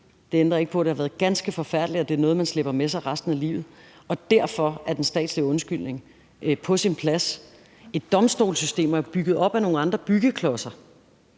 Det ændrer ikke på, at det har været ganske forfærdeligt, at det er noget, man slæber med sig resten af livet, og derfor er den statslige undskyldning på sin plads. Et domstolssystem er jo bygget op af nogle andre byggeklodser,